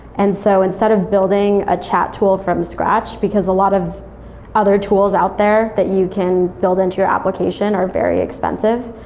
and so instead of building a chat tool from scratch, because a lot of other tools out there that you can build into your application are very expensive.